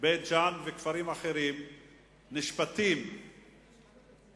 בית-ג'ן וכפרים אחרים נשפטים ונקנסים